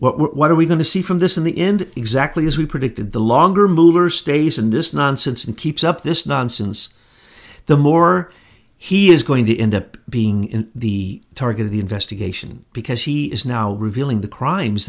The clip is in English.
we're what are we going to see from this in the end exactly as we predicted the longer mover stays in this nonsense and keeps up this nonsense the more he is going to end up being in the target of the investigation because he is now revealing the crimes